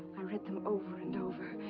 i read them over and over,